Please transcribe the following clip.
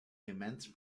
commenced